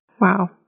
Wow